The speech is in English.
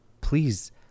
please